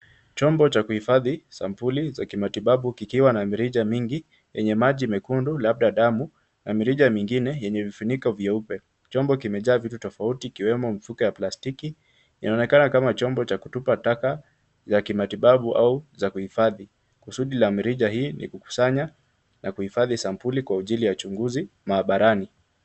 Chombo cha kuhifadhi sampuli za kimatibabu kikiwa na mirija mingi yenye maji mekundu labda damu na mirija mingine yenye vifuniko vyeupe. Chombo kimejaa vitu tofauti ikiwemo mifuko ya plastiki. Inaonekana kama chombo cha kutupa taka ya kimatibabu au za kuhifadhi. Kusudi la mirija hii ni kukusanya na kuhifadhi sampuli kwa ajili ya uchunguzi maabarani.